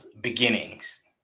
beginnings